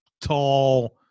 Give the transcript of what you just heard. tall